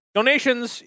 donations